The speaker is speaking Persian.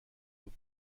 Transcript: بود